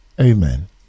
Amen